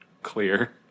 Clear